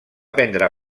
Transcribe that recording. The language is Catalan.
prendre